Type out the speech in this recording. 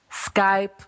Skype